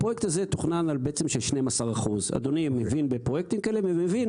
הפרויקט הזה תוכנן על 12%. אדוני מבין בפרויקטים כאלה ומבין